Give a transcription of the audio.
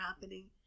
happening